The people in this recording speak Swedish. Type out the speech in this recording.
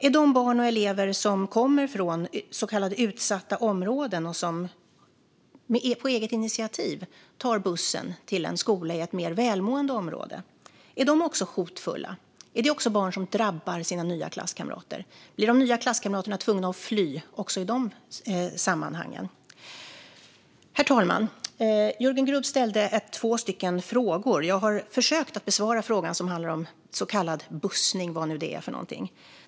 Är de barn och elever som kommer från så kallade utsatta områden och som på eget initiativ tar bussen till en skola i ett mer välmående område också hotfulla? Är det också barn som "drabbar" sina nya klasskamrater? Blir de nya klasskamraterna tvungna att "fly" också de sammanhangen? Herr talman! Jörgen Grubb ställde två frågor. Jag har försökt att besvara frågan som handlar om så kallad bussning, vad det nu är för någonting.